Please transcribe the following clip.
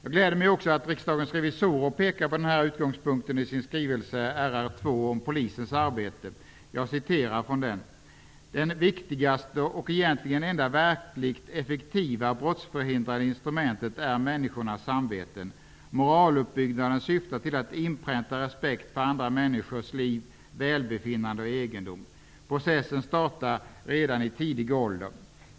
Jag gläder mig också åt att Riksdagens revisorer pekar på den här utgångspunkten i sin skrivelse RR2 om polisens arbete: ''Det viktigaste och egentligen enda verkligt effektiva brottsförhindrande instrumentet är människornas samveten. Moraluppbyggnaden syftar till att inpränta respekt för andra människors liv, välbefinnande och egendom. Processen startar redan i tidig ålder.